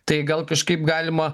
tai gal kažkaip galima